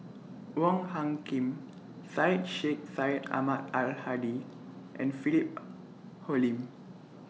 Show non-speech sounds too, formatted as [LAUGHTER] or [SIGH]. Wong Hung Khim Syed Sheikh Syed Ahmad Al Hadi and Philip [NOISE] Hoalim